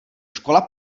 škola